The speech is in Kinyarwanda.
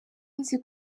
nzi